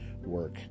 work